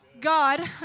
God